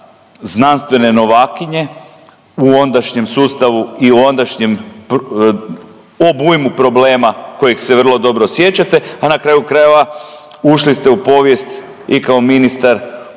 znanstvene novakinje u ondašnjem sustavu i u ondašnjem obujmu problema kojeg se vrlo dobro sjećate, a na kraju krajeva ušli ste u povijest i kao ministar